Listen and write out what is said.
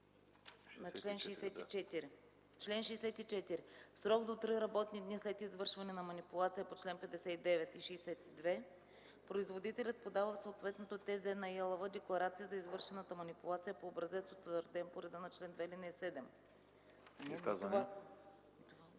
на чл. 64: „Чл. 64. В срок до три работни дни след извършване на манипулация по чл. 59 и 62 производителят подава в съответното ТЗ на ИАЛВ декларация за извършената манипулация по образец, утвърден по реда на чл. 2, ал. 7.”